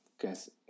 guess